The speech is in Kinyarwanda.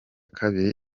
kabiri